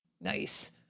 Nice